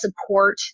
support